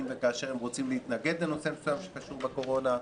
אם וכאשר היא רוצה להתנגד לנושא מסוים שקשור בקורונה,